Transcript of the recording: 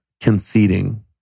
conceding